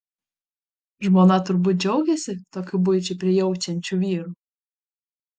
žmona turbūt džiaugiasi tokiu buičiai prijaučiančiu vyru